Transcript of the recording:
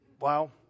Wow